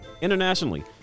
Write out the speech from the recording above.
Internationally